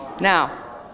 Now